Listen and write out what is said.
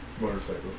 Motorcycles